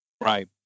Right